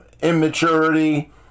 immaturity